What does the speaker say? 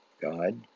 God